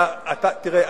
תראה,